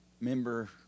member